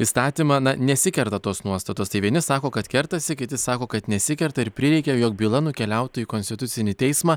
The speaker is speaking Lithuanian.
įstatymą na nesikerta tos nuostatos tai vieni sako kad kertasi kiti sako kad nesikerta ir prireikė jog byla nukeliautų į konstitucinį teismą